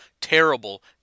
terrible